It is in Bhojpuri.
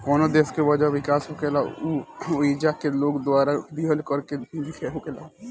कवनो देश के वजह विकास होखेला उ ओइजा के लोग द्वारा दीहल कर से ही होखेला